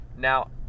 Now